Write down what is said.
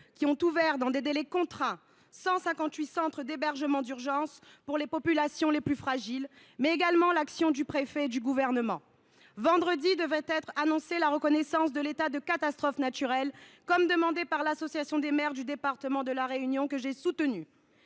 qui ont ouvert dans des délais contraints 158 centres d’hébergement d’urgence pour les populations les plus fragiles, mais aussi celle du préfet et du Gouvernement. Vendredi devrait être annoncée la reconnaissance de l’état de catastrophe naturelle, demandée par l’Association des maires du département de La Réunion, que j’ai soutenue.